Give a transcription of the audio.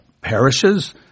parishes